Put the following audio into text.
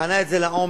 בחנה את זה לעומק,